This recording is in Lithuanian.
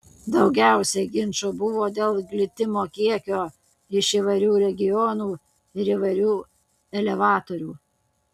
daugiausiai ginčų buvo dėl glitimo kiekio iš įvairių regionų ir įvairių elevatorių